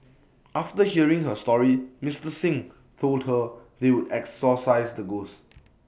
after hearing her story Mister Xing told her they would exorcise the ghosts